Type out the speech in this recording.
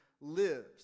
lives